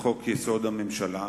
לחוק-יסוד: הממשלה,